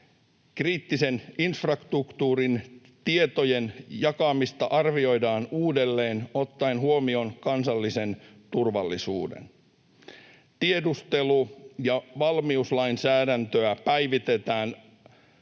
Kriittisen infrastruktuurin tietojen jakamista arvioidaan uudelleen ottaen kansallinen turvallisuus huomioon. Tiedustelu- ja valmiuslainsäädäntöä päivitetään